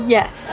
Yes